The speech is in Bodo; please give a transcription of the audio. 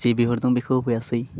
जे बिहरदों बेखौ होफैयासै